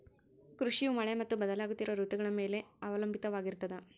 ಕೃಷಿಯು ಮಳೆ ಮತ್ತು ಬದಲಾಗುತ್ತಿರೋ ಋತುಗಳ ಮ್ಯಾಲೆ ಅವಲಂಬಿತವಾಗಿರ್ತದ